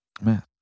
Man